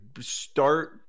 start